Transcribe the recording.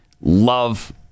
love